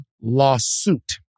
lawsuit